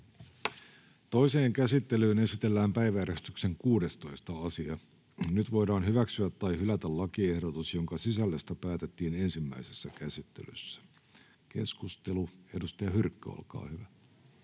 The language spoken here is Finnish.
Toiseen käsittelyyn esitellään päiväjärjestyksen 16. asia. Nyt voidaan hyväksyä tai hylätä lakiehdotus, jonka sisällöstä päätettiin ensimmäisessä käsittelyssä. — Keskustelu, edustaja Hyrkkö, olkaa hyvä.